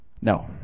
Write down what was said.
No